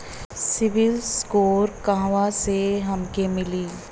CIBIL score कहाँसे हमके मिली?